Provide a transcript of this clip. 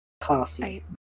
Coffee